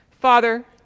Father